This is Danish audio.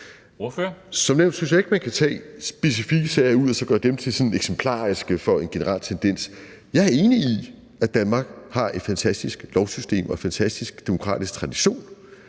Som nævnt synes jeg ikke, man kan tage specifikke sager ud og så gøre dem til sådan eksemplariske for en generel tendens. Jeg er enig i, at Danmark har et fantastisk lovsystem og en fantastisk demokratisk tradition.